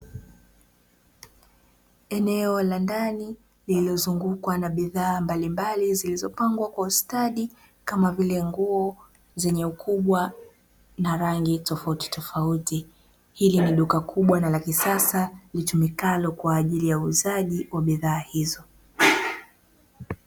Eneo la ndani lililozungukwa na bidhaa mbalimbali; zilizopangwa kwa ustadi, kama vile nguo zenye ukubwa na rangi tofautitofauti. Hili ni duka kubwa na la kisasa litumikalo kwa ajili ya uuzaji wa bidhaa hizo.